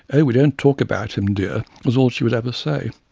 oh, we don't talk about him, dear, was all she would ever say.